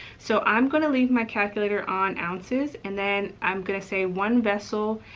so i'm gonna leave my calculator on ounces. and then i'm gonna say one vessel.